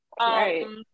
Right